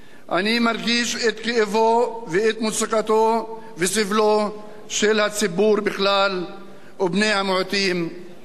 אני מרגיש את כאבם ואת מצוקתם וסבלם של הציבור בכלל ובני המיעוטים בפרט.